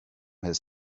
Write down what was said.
his